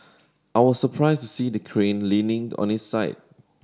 I was surprised to see the crane leaning on its side